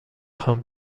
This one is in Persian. خوام